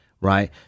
right